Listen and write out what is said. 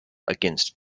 against